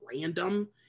random